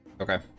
okay